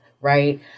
Right